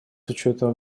учетом